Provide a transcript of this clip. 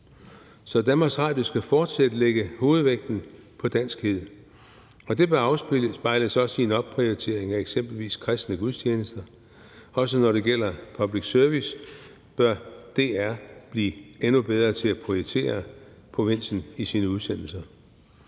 Så DR skal fortsat lægge hovedvægten på danskhed, og det bør også afspejles i en opprioritering af eksempelvis kristne gudstjenester. Også når det gælder public service, bør DR blive endnu bedre til at prioritere provinsen i sine udsendelser.